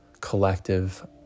collective